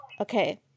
Okay